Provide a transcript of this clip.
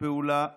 פעולה אקטיבית.